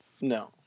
no